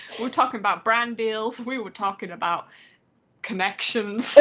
we're talking about brand deals, we were talking about connections